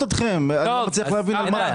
להבין כמה,